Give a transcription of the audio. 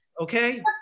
okay